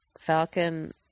Falcon